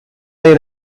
they